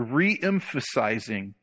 re-emphasizing